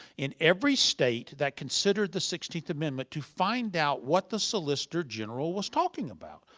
in every state that considered the sixteenth amendment, to find out what the solicitor general was talking about.